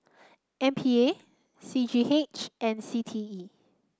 M P A C G H and C T E